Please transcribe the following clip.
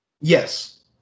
Yes